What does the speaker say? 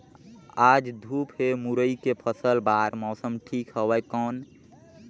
आज धूप हे मुरई के फसल बार मौसम ठीक हवय कौन?